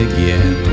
Again